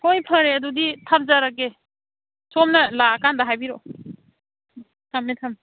ꯍꯣꯏ ꯐꯔꯦ ꯑꯗꯨꯗꯤ ꯊꯝꯖꯔꯒꯦ ꯁꯣꯝꯅ ꯂꯥꯛꯑ ꯀꯥꯟꯗ ꯍꯥꯏꯕꯤꯔꯛꯑꯣ ꯊꯝꯃꯦ ꯊꯝꯃꯦ